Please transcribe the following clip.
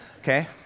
Okay